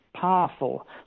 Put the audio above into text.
powerful